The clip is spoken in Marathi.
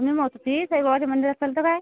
मी म्हनत होती साईबाबाच्या मंदिरास चलतं काय